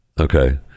okay